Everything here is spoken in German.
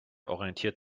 orientiert